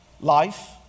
life